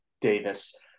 Davis